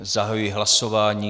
Zahajuji hlasování.